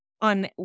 on